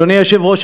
אדוני היושב-ראש,